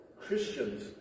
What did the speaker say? Christians